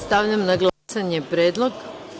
Stavljam na glasanje predlog.